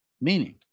Meaning